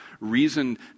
reasoned